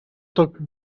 took